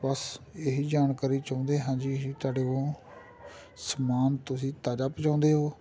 ਬਸ ਇਹੀ ਜਾਣਕਾਰੀ ਚਾਹੁੰਦੇ ਹਾਂ ਜੀ ਅਸੀਂ ਤੁਹਾਡੇ ਕੋਲੋਂ ਸਮਾਨ ਤੁਸੀਂ ਤਾਜ਼ਾ ਪਹੁੰਚਾਉਂਦੇ ਹੋ